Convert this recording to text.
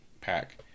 pack